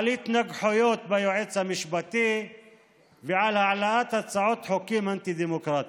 על התנגחויות ביועץ המשפטי ובהעלאת הצעות חוק אנטי-דמוקרטיות.